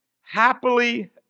Happily